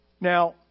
Now